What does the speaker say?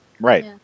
Right